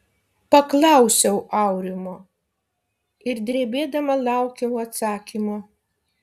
paklausiau aurimo ir drebėdama laukiau atsakymo